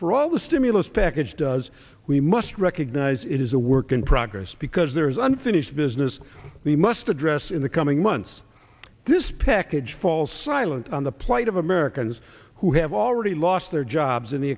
all the stimulus package does we must recognize it is a work in progress because there is unfinished business we must address in the coming months this package fall silent on the plight of americans who have already lost their jobs in the